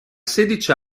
sedici